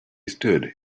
stood